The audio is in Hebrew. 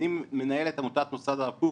אני מנהל את עמותת מוסד הרב קוק,